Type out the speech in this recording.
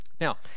Now